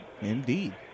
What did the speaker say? Indeed